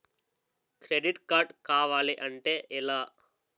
Credit card కావాలి అంటే ఎలా?